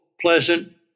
pleasant